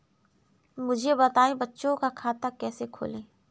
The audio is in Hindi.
मुझे बताएँ बच्चों का खाता कैसे खोलें?